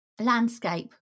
landscape